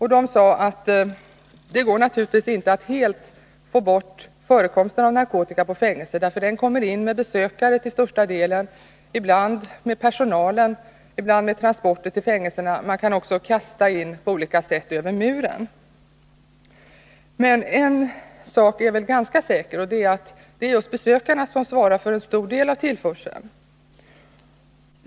De sade att det självfallet inte går att helt få bort narkotikan på fängelserna. Denna kommer nämligen till största delen in med besökare, men ibland också med personalen och vid transporter till fängelserna. Man kan även kasta in narkotikan på olika sätt över muren. Men en sak är väl ganska säker, nämligen att det är just besökarna som svarar för en stor del av tillförseln.